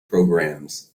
programmes